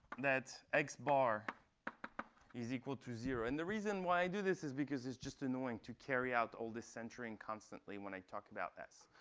that x bar is equal to zero. and the reason why i do this is because it's just annoying to carry out all this censuring constantly and i talk about s.